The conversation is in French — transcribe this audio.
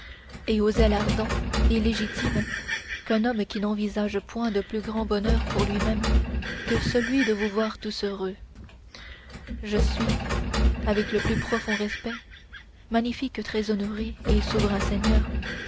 ardent et légitime d'un homme qui n'envisage point de plus grand bonheur pour lui-même que celui de vous voir tous heureux je suis avec le plus profond respect magnifiques très honorés et souverains seigneurs